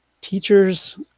Teachers